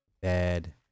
bad